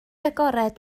agored